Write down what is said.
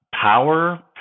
power